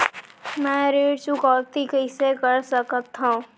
मैं ऋण चुकौती कइसे कर सकथव?